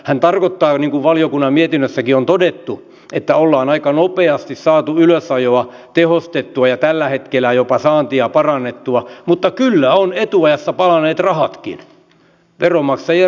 tämä tarkoittaa niin kuin valiokunnan mietinnössäkin on todettu että on aika nopeasti saatu ylösajoa tehostettua ja tällä hetkellä jopa saantoa parannettua mutta kyllä ovat etuajassa palaneet rahatkin veronmaksajien rahat